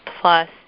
plus